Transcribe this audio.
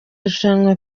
rushanwa